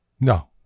No